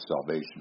salvation